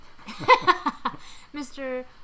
Mr